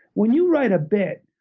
when you write a bit,